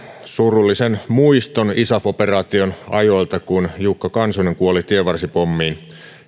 surullisen muiston isaf operaation ajoilta kun jukka kansonen kuoli tienvarsipommiin